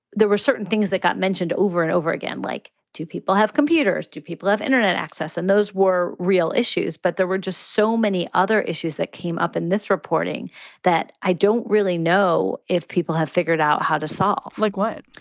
there were certain things that got mentioned over and over again, like two people have computers, do people have internet access? and those were real issues. but there were just so many other issues that came up in this reporting that i don't really know if people have figured out how to solve. solve. like what?